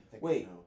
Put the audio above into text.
Wait